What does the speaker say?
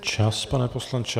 Čas, pane poslanče.